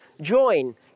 join